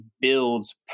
builds